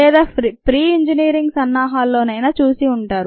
లేదా pre engineering సన్నాహాల్లోనైనా చూసి ఉంటారు